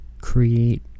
create